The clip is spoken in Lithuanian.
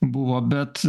buvo bet